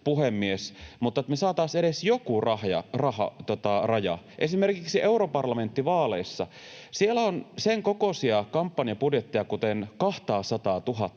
puhemies, mutta me saataisiin edes joku raja. Esimerkiksi europarlamenttivaaleissa on senkokoisia kampanjabudjetteja kuten 200 000:ta